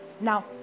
Now